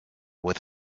with